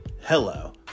hello